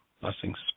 Blessings